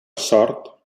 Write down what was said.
sort